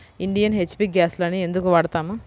Indian, HP గ్యాస్లనే ఎందుకు వాడతాము?